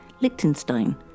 Liechtenstein